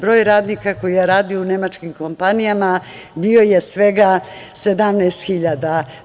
Broj radnika 2014. godine koji je radio u nemačkim kompanijama je bio svega 17.000.